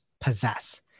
possess